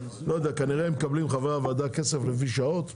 לא יודע כנראה הם מקבלים חברי הוועדה כסף לפי שעות,